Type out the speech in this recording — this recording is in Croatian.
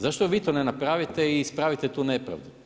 Zašto vi to ne napravite i ispravite tu nepravdu.